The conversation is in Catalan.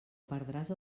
perdràs